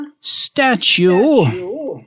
statue